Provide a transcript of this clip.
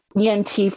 ENT